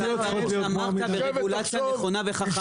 אמרת ברגולציה נכונה וחכמה.